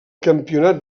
campionat